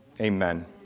Amen